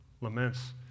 laments